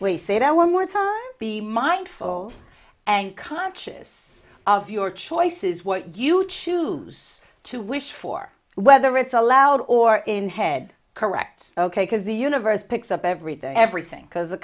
we say that one more time be mindful and conscious of your choices what you choose to wish for whether it's allowed or in head correct ok because the universe picks up everything everything because the